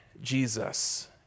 Jesus